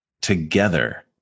together